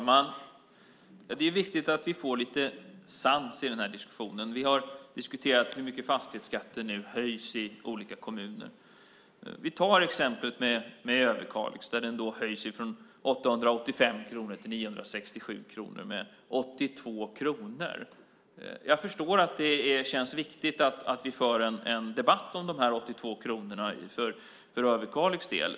Herr talman! Det är viktigt att vi får lite sans i den här diskussionen. Vi har diskuterat hur mycket fastighetsskatten nu höjs i olika kommuner. Vi kan ta exemplet med Överkalix där den höjs från 885 kronor till 967 kronor, det vill säga med 82 kronor. Jag förstår att det känns viktigt att vi för en debatt om de 82 kronorna för Överkalix del.